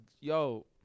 yo